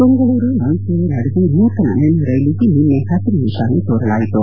ಬೆಂಗಳೂರು ಮೈಸೂರು ನಡುವೆ ನೂತನ ಮೆಮು ರೈಲಿಗೆ ನಿನ್ನೆ ಹಸಿರು ನಿಶಾನೆ ತೋರಲಾಯಿತು